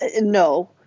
No